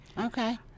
Okay